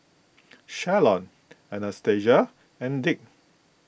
Shalon Anastacia and Dick